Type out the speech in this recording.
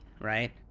right